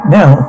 now